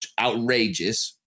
outrageous